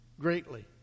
greatly